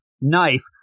knife